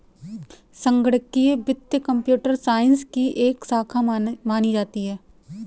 संगणकीय वित्त computer science की एक शाखा मानी जाती है